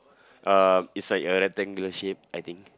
uh it's like a rectangular shape I think